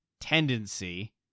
tendency